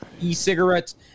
e-cigarettes